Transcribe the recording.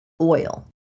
oil